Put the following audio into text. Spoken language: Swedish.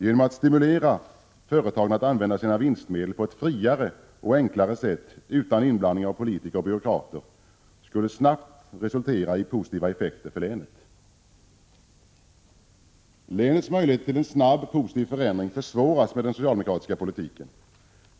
Genom att stimulera företagen att använda sina vinstmedel på ett friare och enklare sätt utan inblandning av politiker och byråkrater skulle man snabbt få positiva effekter för länet. Länets möjligheter till en snabb positiv förändring försvåras med den socialdemokratiska politiken.